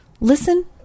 listen